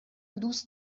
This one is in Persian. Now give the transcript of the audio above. دوست